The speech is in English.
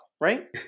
Right